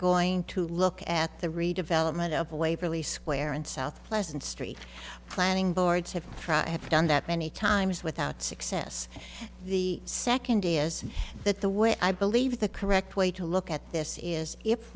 going to look at the redevelopment of waverly square and south pleasant street planning boards have had done that many times without success the second is that the way i believe the correct way to look at this is if